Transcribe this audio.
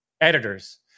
editors